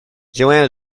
johanna